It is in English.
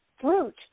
fruit